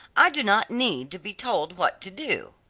i do not need to be told what to do.